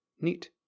Neat